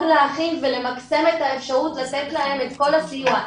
לאחים ולמקסם את האפשרות לתת להם את כל הסיוע,